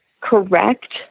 correct